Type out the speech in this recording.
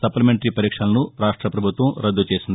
supplementary పరీక్షలను రాష్ట పభుత్వం రద్దు చేసింది